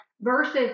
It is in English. versus